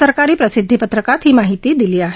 सरकारी प्रसिद्धीपत्रकात ही माहिती दिली आहे